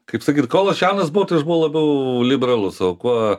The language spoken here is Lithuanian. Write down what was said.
kaip sakyt kol aš jaunas buvau tai aš buvau labiau liberalus o kuo